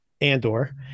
Andor